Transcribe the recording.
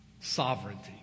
sovereignty